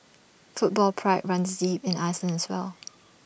football pride runs deep in Iceland as well